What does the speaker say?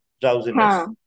drowsiness